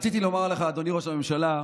רציתי לומר לך, אדוני ראש הממשלה,